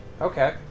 Okay